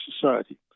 society